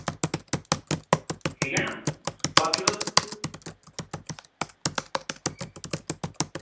ठीक ऐ ना बाकी तुस